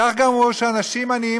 כך גרמו שאנשים עניים,